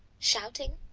shouting,